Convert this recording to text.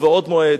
ובעוד מועד,